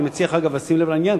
אני מציע לך לשים לב לעניין,